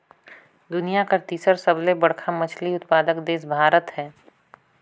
दुनिया कर तीसर सबले बड़खा मछली उत्पादक देश भारत हे